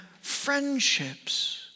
friendships